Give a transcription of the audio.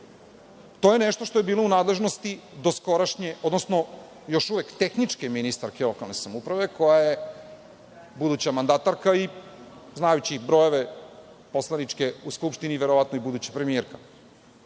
To je nešto što je bilo u nadležnosti doskorašnje, odnosno još uvek tehničke ministarke lokalne samouprave, koja je buduća mandatarka i znajući i brojeve poslaničke u Skupštini, verovatno i buduća premijerka.Zašto